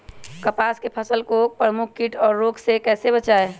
कपास की फसल को प्रमुख कीट और रोग से कैसे बचाएं?